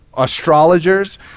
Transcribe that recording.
astrologers